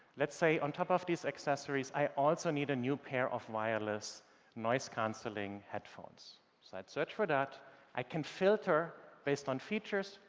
let's say on top of these accessories, i also need a new pair of wireless noise cancelling headphones. so i'd search for that i can filter based on features,